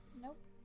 Nope